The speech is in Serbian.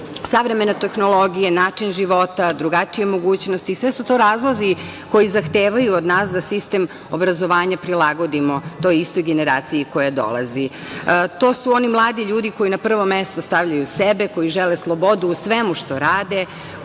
odrastali. Savremena tehnologija, način života, drugačije mogućnosti, sve su to razlozi koji zahtevaju od nas da sistem obrazovanja prilagodimo toj istoj generaciji koja dolazi. To su oni mladi ljudi koji na prvo mesto stavljaju sebe, koji žele slobodu u svemu što rade,